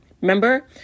Remember